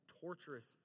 torturous